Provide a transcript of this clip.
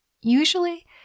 Usually